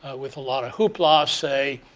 with a lot of hooplas, say,